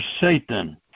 Satan